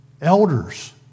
Elders